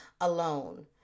alone